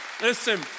listen